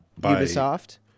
Ubisoft